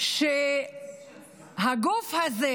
שהגוף הזה